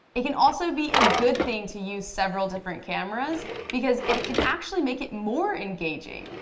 it can also be a good thing to use several different cameras because it it can actually make it more engaging.